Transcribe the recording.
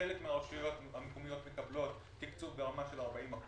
וחלק מהרשויות המקומיות מקבלות תקצוב ברמה של 40%